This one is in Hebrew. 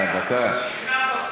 שכנעת אותי.